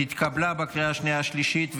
התקבלה בקריאה השנייה והשלישית,